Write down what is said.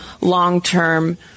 long-term